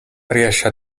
riesce